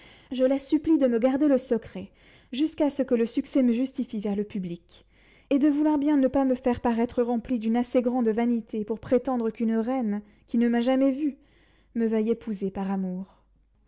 je la supplie de me garder le secret jusqu'à ce que le succès me justifie vers le public et de vouloir bien ne me pas faire paraître rempli d'une assez grande vanité pour prétendre qu'une reine qui ne m'a jamais vu me veuille épouser par amour